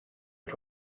but